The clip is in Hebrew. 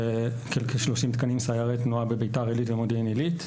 כ-30 תקנים סיירי תנועה בביתר עלית ומודיעין עלית.